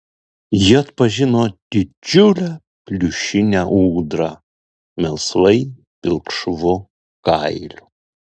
ji atpažino didžiulę pliušinę ūdrą melsvai pilkšvu kailiu